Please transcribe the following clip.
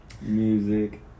Music